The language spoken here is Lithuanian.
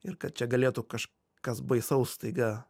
ir kad čia galėtų kaž kas baisaus staiga